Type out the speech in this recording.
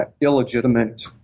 illegitimate